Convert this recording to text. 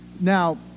Now